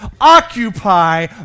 occupy